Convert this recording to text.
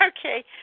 Okay